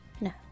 No